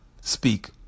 speak